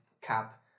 Cap